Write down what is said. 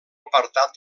apartat